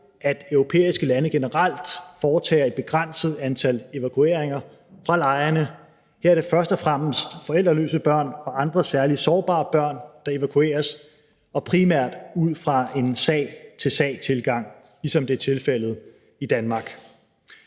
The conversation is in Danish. at europæiske lande generelt foretager et begrænset antal evakueringer fra lejrene. Her er det først og fremmest forældreløse børn og andre særlig sårbare børn, der evakueres, og primært ud fra en sag til sag-tilgang, ligesom det er tilfældet i Danmark.